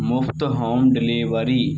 मुफ़्त home delivery